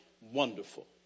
wonderful